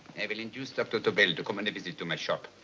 i will induced dr. tobel to come and visit to my shop.